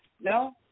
No